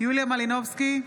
יוליה מלינובסקי,